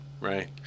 right